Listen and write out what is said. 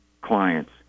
clients